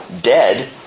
dead